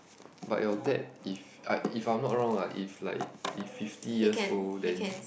but your dad if I if I'm not wrong ah if like if fifty years old then